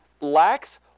lacks